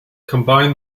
combine